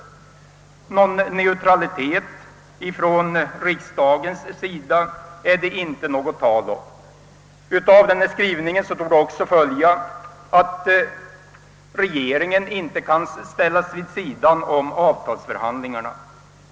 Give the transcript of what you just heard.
Någon neutralitet från riksdagens sida är det inte tal om. Av denna skrivning torde också följa att regeringen inte kan ställas vid sidan om avtalsförhandlingarna.